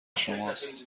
شماست